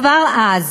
כבר אז.